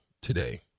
today